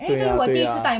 对啊对啊